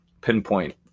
pinpoint